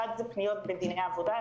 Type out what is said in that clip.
האחד זה פניות בדיני עבודה,